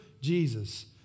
Jesus